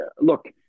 look